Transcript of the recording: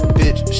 bitch